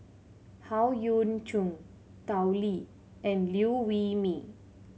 Howe Yoon Chong Tao Li and Liew Wee Mee